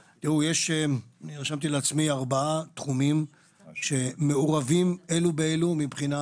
אני רשמתי לעצמי ארבעה תחומים שמעורבבים אלו באלו מבחינה